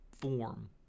form